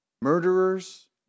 murderers